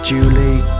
Julie